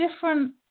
different